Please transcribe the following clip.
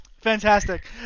Fantastic